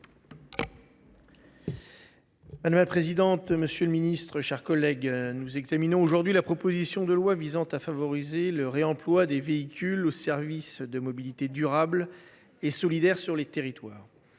Madame la présidente, monsieur le ministre, mes chers collègues, nous examinons aujourd’hui la proposition de loi visant à favoriser le réemploi des véhicules, au service des mobilités durables et solidaires sur les territoires.